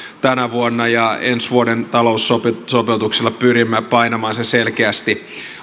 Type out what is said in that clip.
tänä vuonna ja ensi vuoden taloussopeutuksilla pyrimme painamaan sen selkeästi